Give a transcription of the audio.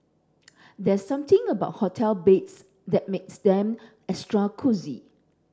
there's something about hotel beds that makes them extra cosy